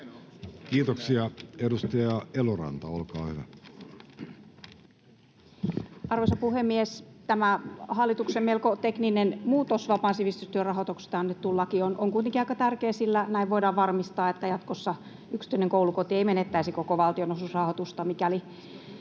Kiitoksia. — Edustaja Eloranta, olkaa hyvä. Arvoisa puhemies! Tämä hallituksen melko tekninen muutos, vapaan sivistystyön rahoituksesta annettu laki, on kuitenkin aika tärkeä, sillä näin voidaan varmistaa, että jatkossa yksityinen koulukoti ei menettäisi koko valtionosuusrahoitusta, mikäli